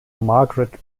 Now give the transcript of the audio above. margaret